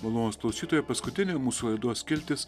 malonūs klausytojai paskutinė mūsų laidos skiltis